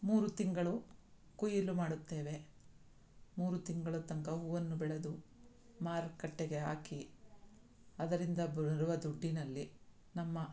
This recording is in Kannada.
ಮೂರು ತಿಂಗಳು ಕೊಯ್ಲು ಮಾಡುತ್ತೇವೆ ಮೂರು ತಿಂಗಳ ತನಕ ಹೂವನ್ನು ಬೆಳೆದು ಮಾರುಕಟ್ಟೆಗೆ ಹಾಕಿ ಅದರಿಂದ ಬರುವ ದುಡ್ಡಿನಲ್ಲಿ ನಮ್ಮ